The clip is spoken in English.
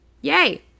Yay